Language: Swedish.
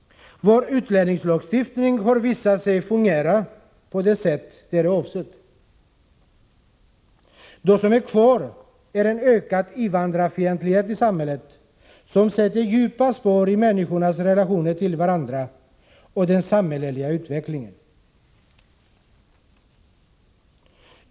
Vår utlänningslagstiftning har visat sig fungera på det sätt som var avsett. Det som är kvar är en ökad invandrarfientlighet i samhället, som sätter djupa spår i människornas relationer till varandra och i den samhälleliga utvecklingen.